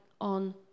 on